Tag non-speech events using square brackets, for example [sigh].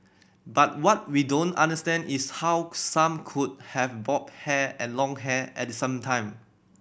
but what we don't understand is how [unintelligible] some could have bob hair and long hair at the same time